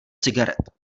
cigaret